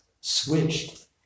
switched